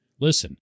listen